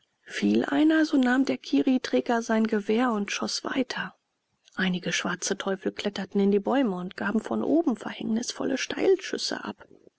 fiel einer so nahm der kirriträger sein gewehr und schoß weiter einige schwarze teufel kletterten in die bäume und gaben von oben verhängnisvolle steilschüsse ab